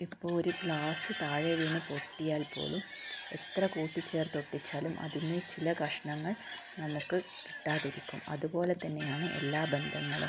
ഇപ്പോൾ ഒരു ഗ്ലാസ് താഴെ വീണ് പൊട്ടിയാൽ പോലും എത്ര കൂട്ടിച്ചേർത്ത് ഒട്ടിച്ചാലും അതിനെ ചില കഷണങ്ങൾ നമുക്ക് കിട്ടാതിരിക്കും അതുപോലെ തന്നെയാണ് എല്ലാ ബന്ധങ്ങളും